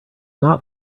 not